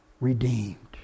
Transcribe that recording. Redeemed